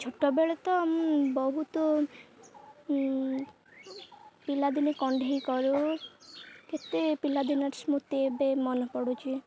ଛୋଟବେଳେ ତ ମୁଁ ବହୁତ ପିଲାଦିନେ କଣ୍ଢେଇ କରୁ କେତେ ପିଲାଦିନର ସ୍ମୃତି ଏବେ ମନେ ପଡ଼ୁଛି